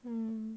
um